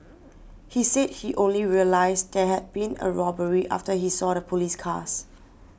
he said he only realised there had been a robbery after he saw the police cars